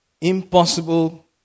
impossible